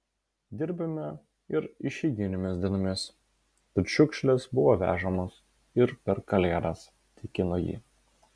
dirbame ir išeiginėmis dienomis tad šiukšlės buvo vežamos ir per kalėdas tikino ji